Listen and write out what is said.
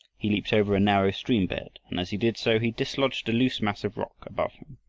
he leaped over a narrow stream-bed, and as he did so, he dislodged a loose mass of rock above him.